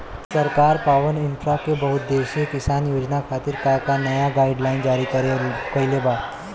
सरकार पॉवरइन्फ्रा के बहुउद्देश्यीय किसान योजना खातिर का का नया गाइडलाइन जारी कइले बा?